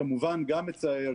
שזה כמובן מצער,